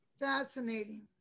fascinating